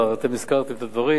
אתם הזכרתם את הדברים.